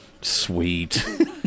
Sweet